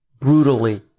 brutally